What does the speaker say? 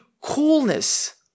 coolness